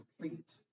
complete